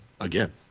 again